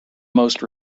most